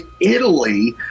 Italy